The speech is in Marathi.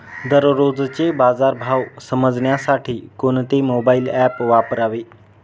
दररोजचे बाजार भाव समजण्यासाठी कोणते मोबाईल ॲप वापरावे?